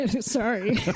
Sorry